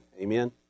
Amen